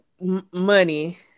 money